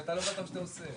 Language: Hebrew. שאתה לא בטוח שאתה עושה.